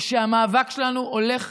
ושהמאבק שלנו הולך